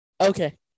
Okay